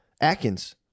Atkins